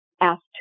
asked